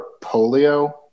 polio